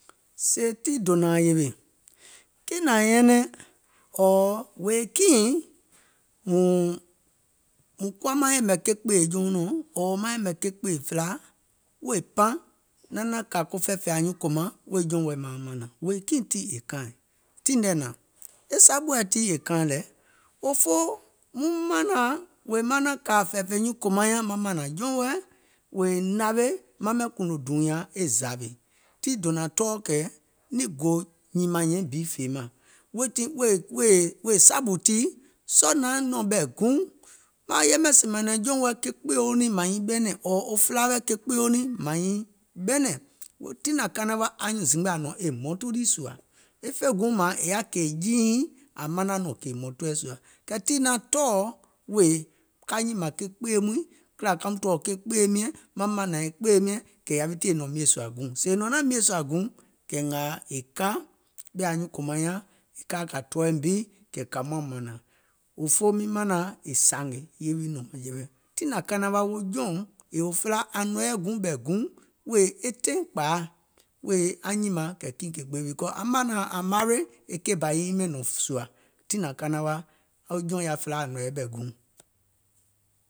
Sèè tii dònȧȧŋ yèwè, kiìŋ nȧŋ nyɛnɛŋ ɔ̀ɔ̀ wèè kiìŋ mùŋ kuwa maŋ yɛ̀mɛ̀ ke kpèè jɔɔnɔ̀ɔŋ ɔ̀ɔ̀ ke kpèè felaaȧ, wèè paŋ naŋ naȧŋ kȧ ko fɛ̀ɛ̀fèìŋ anyuùŋ kòmaŋ wèè jɔùŋ wɛɛ̀ mauŋ mȧnȧŋ, wèè kiìŋ tii è kaaìŋ? Tiŋ nɛɛ̀ naȧŋ, e saɓùɛ tii è kaaìŋ lɛ, òfoo muŋ manȧŋ wèè maŋ naȧŋ kà kò fɛ̀ɛ̀fèìŋ nyuùŋ kòmaŋ nyȧŋ maŋ mȧnȧŋ jɔùŋ wɛɛ̀, wèè nȧwèè maŋ ɓɛìŋ kùùnò dùùnyȧŋ zȧwè, tii dònȧŋ tɔɔ̀ kɛ̀ niŋ gò nyìmȧŋ nyɛ̀iŋ bi fèemȧŋ weètii wèè sȧɓù tii, sɔɔ̀ naŋ nɔ̀ŋ ɓɛ̀ guùŋ naŋ yɛmɛ̀ sèè mȧȧŋ jɔùŋ wɛɛ̀ ke kpèèuŋ màŋ nyiŋ ɓɛnɛ̀ŋ ɔ̀ɔ̀ wo felaa wɛɛ̀ ke kpèèuŋ nɛɛ̀ŋ mȧŋ nyiŋ ɓɛnɛ̀ŋ, tiŋ nàŋ kanaŋ wa anyuùŋ zimgbe nɔ̀ŋ e hmɔntu lii sùà, e fè guùŋ mȧȧŋ è yaȧ kèè jii nyiŋ ȧŋ manaŋ nɔ̀ŋ kèè hmɔ̀ntuɛ̀ sùà, kɛɛ tii naŋ tɔɔ̀ wèè ka nyìmȧŋ ke kpèè mɔɛ̀ŋ, kìlȧ kaum tɔ̀ɔ̀ ke kpèè miɛ̀ŋ, maŋ mȧnȧŋ ke kpèè miɛ̀ŋ kɛ̀ yàwi tìyèe nɔ̀ŋ mìèsùȧ guùŋ, sèè è nɔ̀ŋ naȧŋ mìèsùȧ guùŋ kɛ̀ ngȧȧ è ka ɓɛ̀ anyuùŋ kòmaŋ nyȧŋ kà ka kȧ tɔ̀ɔ̀m bi, kɛ̀ kȧum naȧŋ mȧnȧŋ, òfoo miŋ manȧŋ è sȧngè ye wi nɔ̀ŋ mȧŋjɛ̀wɛ, tiŋ nȧŋ kanaŋ wa jɔùŋ yèè felaa ȧŋ nɔ̀ŋ yɛi guùŋ ɓɛ̀. guùŋ wèè e taìŋ kpȧa wèè aŋ nyìmȧŋ kɛ̀ kiìŋ kè kpèè, becauase aŋ manȧŋ ȧŋ maary e keì bà e nyiŋ ɓɛìŋ nɔ̀ŋ sùȧ, tiŋ nȧŋ kanaŋ wa jɔuŋ yaȧ felaa nɔ̀ŋ yɛi ɓɛ̀ guùŋ.